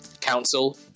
council